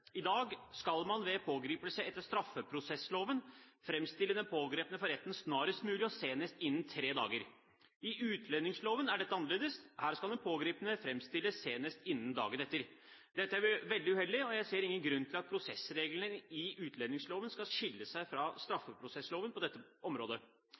I dag skal man ved pågripelse etter straffeprosessloven framstille den pågrepne for retten snarest mulig, og senest innen tre dager. I utlendingsloven er dette annerledes. Her skal den pågrepne framstilles senest innen dagen etter. Dette er veldig uheldig, og jeg ser ingen grunn til at prosessreglene i utlendingsloven skal skille seg fra straffeprosessloven på dette området.